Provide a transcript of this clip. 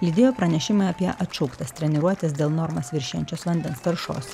lydėjo pranešimai apie atšauktas treniruotes dėl normas viršijančios vandens taršos